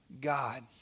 God